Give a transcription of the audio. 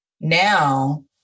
now